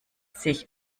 sich